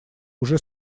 уже